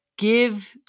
Give